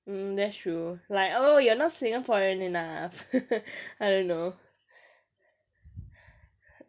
mm that's true like oh you're not singaporean enough I don't know